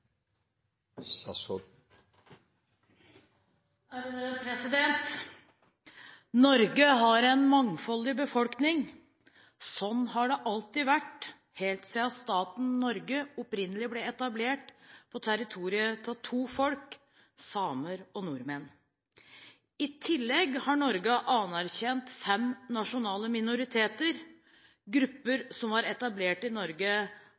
Norge har en mangfoldig befolkning. Sånn har det alltid vært, helt siden staten Norge opprinnelig ble etablert på territoriet til to folk – samer og nordmenn. I tillegg har Norge anerkjent fem nasjonale minoriteter; grupper som var etablert i Norge